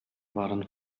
waren